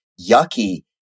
yucky